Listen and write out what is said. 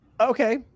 Okay